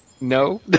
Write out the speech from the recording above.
No